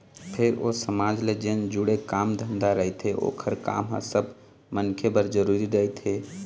फेर ओ समाज ले जेन जुड़े काम धंधा रहिथे ओखर काम ह सब मनखे बर जरुरी रहिथे